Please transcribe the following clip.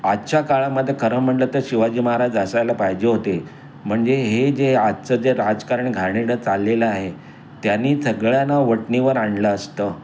आजच्या काळामध्ये खरं म्हणलं तर शिवाजी महाराज असायला पाहिजे होते म्हणजे हे जे आजचं जे राजकारण घाणेरडं चाललेलं आहे त्यानी सगळ्यांना वठणीवर आणलं असतं